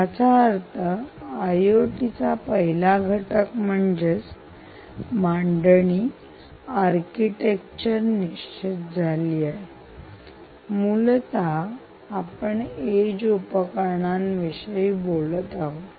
याचा अर्थ IOT आयओटीचा पहिला घटक म्हणजे मांडणी आर्किटेक्चर निश्चित झाली आहे मूलतः आपण EDGE उपकरणे विषयी बोलत आहोत